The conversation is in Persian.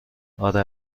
اره